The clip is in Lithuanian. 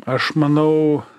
aš manau